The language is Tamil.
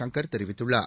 சங்கர் தெரிவித்துள்ளார்